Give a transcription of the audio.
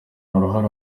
ruhare